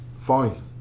Fine